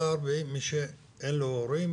הפער הוא אצל מי שאין לו הורים,